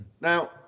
Now